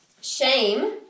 shame